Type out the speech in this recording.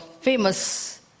famous